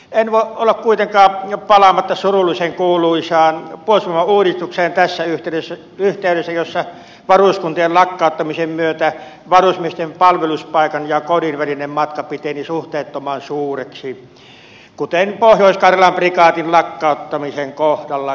en voi olla kuitenkaan palaamatta tässä yhteydessä surullisen kuuluisaan puolustusvoimauudistukseen jossa varuskuntien lakkauttamisen myötä varusmiesten palveluspaikan ja kodin välinen matka piteni suhteettoman suureksi kuten pohjois karjalan prikaatin lakkauttamisen kohdalla kävi